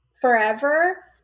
forever